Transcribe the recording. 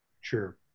Sure